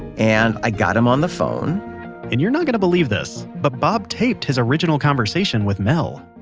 and i got him on the phone and you're not going to believe this, but bob taped his original conversation with mel